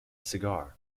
cigar